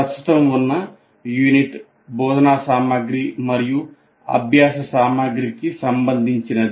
ప్రస్తుతం ఉన్న యూనిట్ బోధనా సామగ్రి మరియు అభ్యాస సామగ్రికి సంబంధించినది